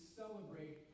celebrate